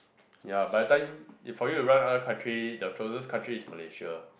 ya by the time for you to run other country the closest country is Malaysia